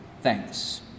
thanks